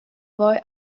boy